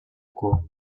curt